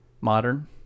Modern